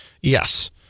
Yes